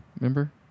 Remember